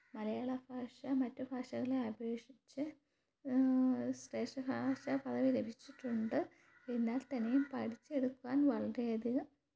മലയാള ഭാഷ മറ്റു ഭാഷകളെ അപേക്ഷിച്ച് ശ്രേഷ്ഠഭാഷ പദവി ലഭിച്ചിട്ടുണ്ട് എന്നാൽ തന്നെയും പഠിച്ച് എടുക്കാൻ വളരെയധികം